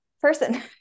person